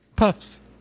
Puffs